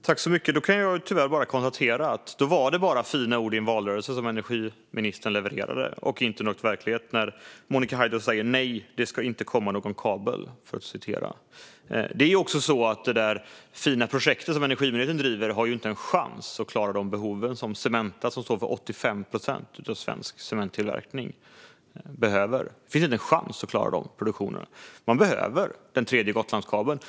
Fru talman! Då kan jag tyvärr konstatera att det var bara fina ord i en valrörelse som energiministern levererade och inte något verkligt, när Monica Haider säger att det inte ska komma någon kabel. Det fina projekt som energiministern driver har inte en chans att klara de behov Cementa har, som står för 85 procent av svensk cementtillverkning. Det finns inte en chans att klara den produktionen. Man behöver en tredje Gotlandskabel.